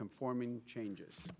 conforming changes